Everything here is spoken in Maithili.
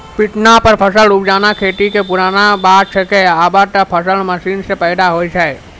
पिटना पर फसल उपजाना खेती कॅ पुरानो बात छैके, आबॅ त फसल मशीन सॅ पैदा होय छै